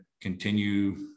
continue